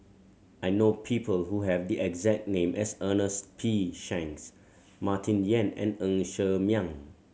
I know people who have the exact name as Ernest P Shanks Martin Yan and Ng Ser Miang